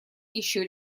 еще